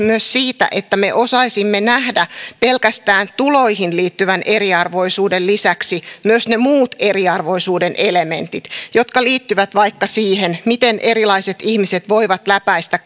myös siitä että me osaisimme nähdä pelkästään tuloihin liittyvän eriarvoisuuden lisäksi myös ne muut eriarvoisuuden elementit jotka liittyvät vaikka siihen miten erilaiset ihmiset voivat läpäistä